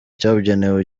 cyabugenewe